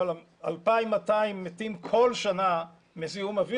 אבל 2,200 מתים כל שנה מזיהום האוויר.